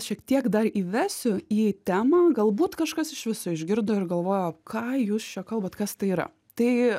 šiek tiek dar įvesiu į temą galbūt kažkas iš viso išgirdo ir galvojo ką jūs čia kalbat kas tai yra tai